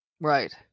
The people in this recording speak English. right